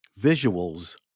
visuals